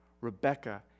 Rebecca